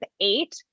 eight